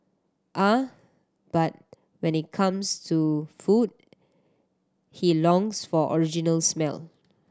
ah but when it comes to food he longs for original smell